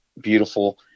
beautiful